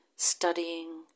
Studying